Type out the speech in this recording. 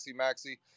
Maxi